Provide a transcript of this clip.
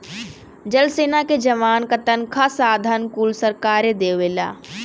जल सेना के जवान क तनखा साधन कुल सरकारे देवला